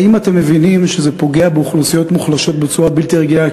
האם אתם מבינים שזה פוגע באוכלוסיות מוחלשות בצורה בלתי רגילה?